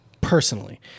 Personally